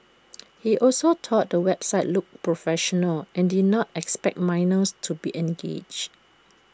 he also thought the website looked professional and did not expect minors to be engaged